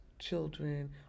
children